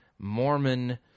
Mormon